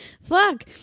fuck